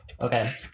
Okay